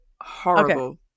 Horrible